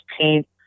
paint